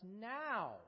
now